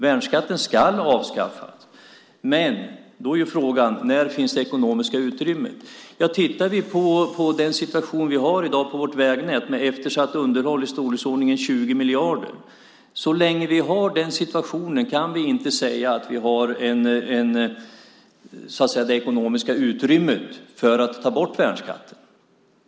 Värnskatten ska avskaffas. Men då är ju frågan: När finns det ekonomiska utrymmet? Vi kan titta på den situation vi har i dag för vårt vägnät med eftersatt underhåll i storleksordningen 20 miljarder. Så länge vi har den situationen kan vi inte säga att vi har det ekonomiska utrymmet för att ta bort värnskatten.